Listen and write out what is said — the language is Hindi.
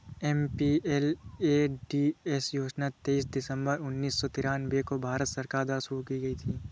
एम.पी.एल.ए.डी.एस योजना तेईस दिसंबर उन्नीस सौ तिरानवे को भारत सरकार द्वारा शुरू की गयी थी